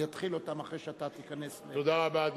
אני אתחיל אותן אחרי שאתה תיכנס, תודה רבה.